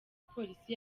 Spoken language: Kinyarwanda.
polisi